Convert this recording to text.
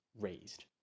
raised